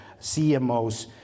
CMOs